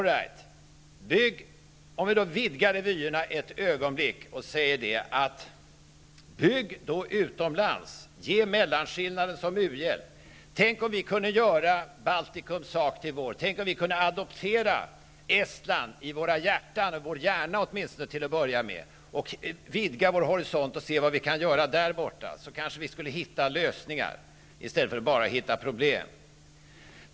Allright. Om vi nu vidgar vyerna ett ögonblick och säger: Bygg då utomlands, ge mellanskillnaden som u-hjälp. Tänk om vi kunde göra Baltikums sak till vår! Tänk om vi kunde adoptera Estland i våra hjärtan, eller åtminstone i vår hjärna till att börja med, och vidga vår horisont och se vad vi kan göra där borta. Då kanske vi skulle hitta lösningar istället för att bara hitta problem.